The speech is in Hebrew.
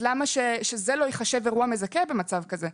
למה שזה לא ייחשב אירוע מזכה במצב כזה?